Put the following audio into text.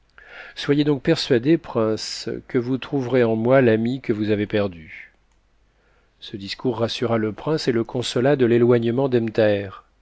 soyez donc persuadé prince que vous trouverez en moi l'ami que vous avez perdu a ce discours rassura le prince et le consola de l'éloignement d'ebn